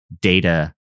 data